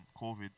COVID